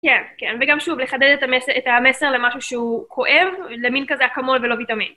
כן, כן, וגם שוב, לחדד את המסר למשהו שהוא כואב, למין כזה אקמול ולא ויטמין.